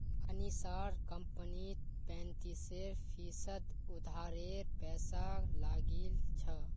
अनीशार कंपनीत पैंतीस फीसद उधारेर पैसा लागिल छ